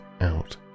out